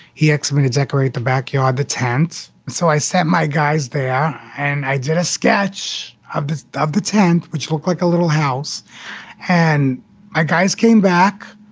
he asks me to decorate the backyard, the tent. so i set my guys there and i did a sketch of the of the tent which will click a little house and my guys came back.